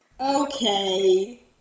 Okay